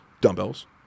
dumbbells